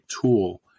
tool